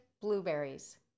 blueberries